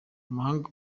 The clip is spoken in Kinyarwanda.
amahanga